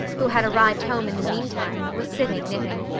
who had arrived home in the meantime, was sitting knitting.